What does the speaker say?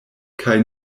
kaj